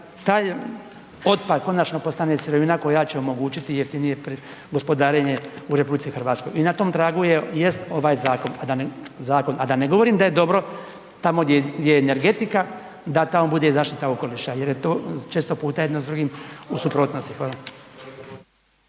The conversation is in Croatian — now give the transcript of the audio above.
taj otpad konačno postane sirovina koja će omogućiti jeftinije gospodarenje u RH. I na tom tragu je, jest ovaj zakon, a da ne govorim da je dobro tamo gdje je energetika, da tamo bude i zaštita okoliša jer je to često puta jedno s drugim u suprotnosti. Hvala.